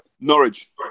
Norwich